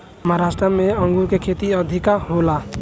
महाराष्ट्र में अंगूर के खेती अधिका होला